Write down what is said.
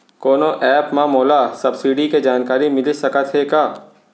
कोनो एप मा मोला सब्सिडी के जानकारी मिलिस सकत हे का?